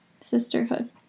Sisterhood